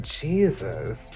Jesus